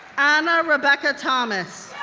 anna rebecca thomas,